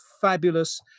fabulous